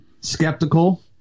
Skeptical